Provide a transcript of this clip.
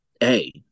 hey